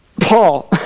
Paul